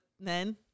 men